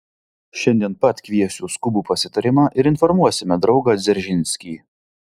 šiandien pat kviesiu skubų pasitarimą ir informuosime draugą dzeržinskį